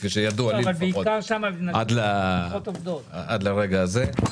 כפי שידעו לי עד לרגע זה.